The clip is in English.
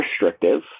restrictive